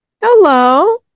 Hello